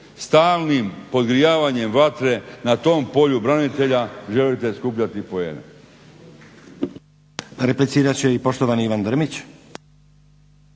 Stalnim podgrijavanjem vatre na tom polju branitelja želite skupljati poene.